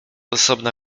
osobna